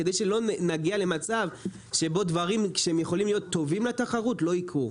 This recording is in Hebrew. כדי שלא נגיע למצב שבו דברים שהם יכולים להיות טובים לתחרות שלא יקרו,